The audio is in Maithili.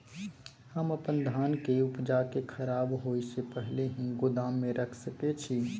हम अपन धान के उपजा के खराब होय से पहिले ही गोदाम में रख सके छी?